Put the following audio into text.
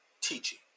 teaching